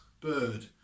bird